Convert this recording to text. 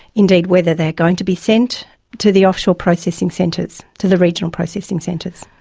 indeed whether they are going to be sent to the offshore processing centres, to the regional processing centres.